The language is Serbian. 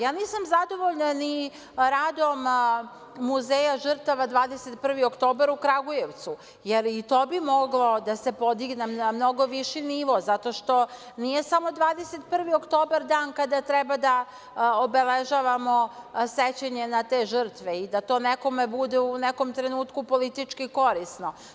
Ja nisam zadovoljna ni radom Muzeja žrtava „21.oktobar“ u Kragujevcu, jer i to bi moglo da se podigne na mnogo viši nivo, zato što nije samo „21. oktobar“ dan kada treba da obeležavamo sećanje na te žrtve i da to nekome bude u tom trenutku politički korisno.